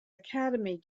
academy